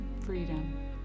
Freedom